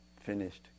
finished